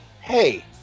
hey